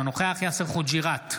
אינו נוכח יאסר חוג'יראת,